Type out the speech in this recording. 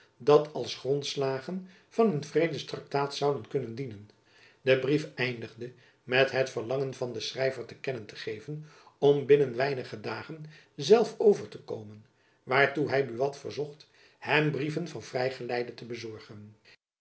dat als grondslagen van een vredes traktaat zouden kunnen dienen de brief eindigde met het verlangen van den jacob van lennep elizabeth musch schrijver te kennen te geven om binnen weinige dagen zelf over te komen waartoe hy buat verzocht hem brieven van vrij geleide te bezorgen